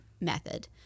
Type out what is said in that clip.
method